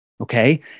Okay